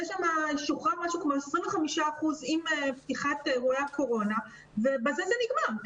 שוחרר משהו כמו 25 אחוזים עם תחילת תקופת הקורונה ובזה זה נגמר.